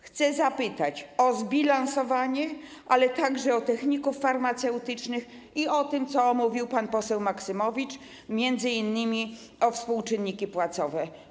Chcę zapytać o zbilansowanie, ale także o techników farmaceutycznych i o to, o czym mówił pan poseł Maksymowicz, m.in. o współczynniki płacowe.